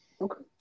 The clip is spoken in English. Okay